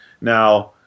Now